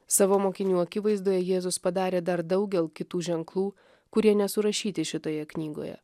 savo mokinių akivaizdoje jėzus padarė dar daugel kitų ženklų kurie nesurašyti šitoje knygoje